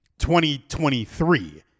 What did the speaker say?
2023